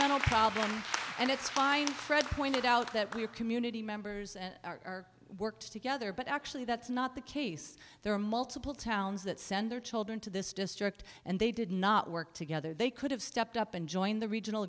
fundamental problem and it's fine fred pointed out that your community members and are worked together but actually that's not the case there are multiple towns that send their children to this district and they did not work together they could have stepped up and joined the regional